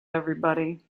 everybody